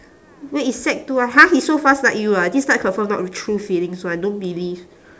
wait is sec two ah !huh! he so fast like you ah this type confirm not true feelings [one] don't believe